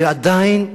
ועדיין,